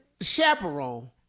Chaperone